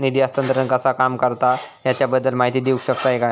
निधी हस्तांतरण कसा काम करता ह्याच्या बद्दल माहिती दिउक शकतात काय?